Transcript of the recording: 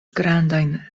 grandajn